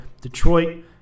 Detroit